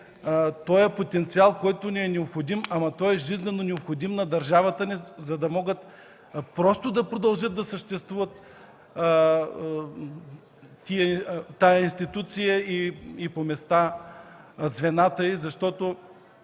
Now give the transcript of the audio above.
този потенциал, който ни е необходим, но той е жизнено необходим на държавата, за да могат просто да продължат да съществуват тази институция и по места звената й. Радвам